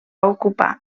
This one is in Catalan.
ocupar